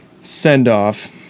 send-off